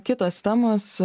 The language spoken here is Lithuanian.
kitos temos